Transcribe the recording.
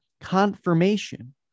confirmation